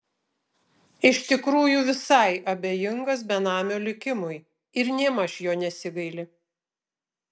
iš tikrųjų visai abejingas benamio likimui ir nėmaž jo nesigaili